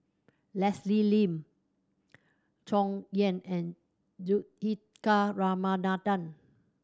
Leslie Lim Chong Yah and Juthika Ramanathan